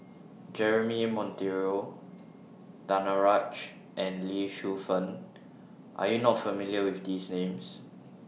Jeremy Monteiro Danaraj and Lee Shu Fen Are YOU not familiar with These Names